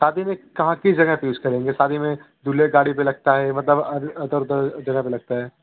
शादी में कहाँ किस जगह पर यूज करेंगे शादी में दूल्हे की गाड़ी पर लगता है मतलब अंदर उधर जगह पर लगता है